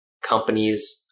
companies